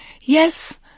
Yes